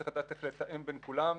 צריך לדעת איך לתאם בין כולם,